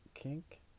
Kink